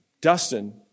Dustin